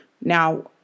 Now